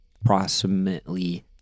approximately